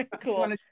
Cool